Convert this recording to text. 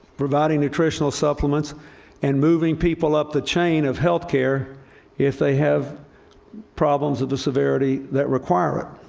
providing nutritional supplements and moving people up the chain of health care if they have problems of the severity that require it.